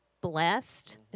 blessed